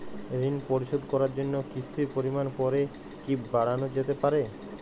ঋন পরিশোধ করার জন্য কিসতির পরিমান পরে কি বারানো যেতে পারে?